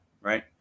right